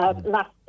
last